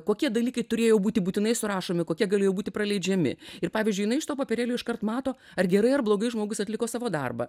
kokie dalykai turėjo būti būtinai surašomi kokie galėjo būti praleidžiami ir pavyzdžiui jinai iš to popierėlio iškart mato ar gerai ar blogai žmogus atliko savo darbą